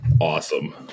awesome